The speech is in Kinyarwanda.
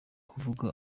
kuvuga